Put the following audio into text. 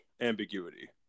ambiguity